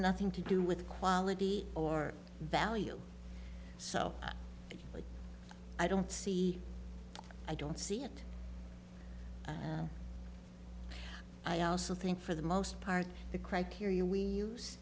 nothing to do with quality or value so i don't see i don't see it i also think for the most part the criteria we use